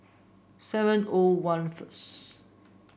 seven O one first